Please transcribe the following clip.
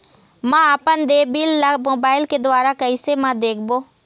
म अपन देय बिल ला मोबाइल के द्वारा कैसे म देखबो?